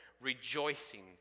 Rejoicing